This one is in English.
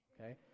okay